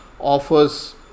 offers